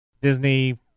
Disney